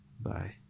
Bye